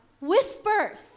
whispers